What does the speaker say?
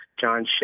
John